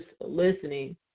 listening